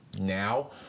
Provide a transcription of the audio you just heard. now